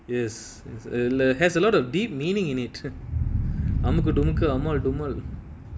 is is a இல்ல:illa has a lot of deep meaning in it amukudumuku amaal dumaal